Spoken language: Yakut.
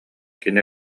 кини